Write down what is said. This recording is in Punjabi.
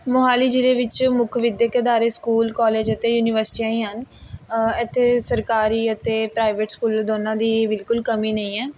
ਮੋਹਾਲੀ ਜ਼ਿਲ੍ਹੇ ਵਿੱਚ ਮੁੱਖ ਵਿੱਦਿਅਕ ਅਦਾਰੇ ਸਕੂਲ ਕੋਲਜ ਅਤੇ ਯੂਨੀਵਰਸਿਟੀਆਂ ਹੀ ਹਨ ਇੱਥੇ ਸਰਕਾਰੀ ਅਤੇ ਪ੍ਰਾਈਵੇਟ ਸਕੂਲ ਦੋਨਾਂ ਦੀ ਹੀ ਬਿਲਕੁਲ ਕਮੀ ਨਹੀਂ ਹੈ